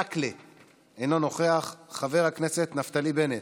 אינו נוכח, חבר הכנסת נפתלי בנט,